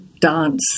dance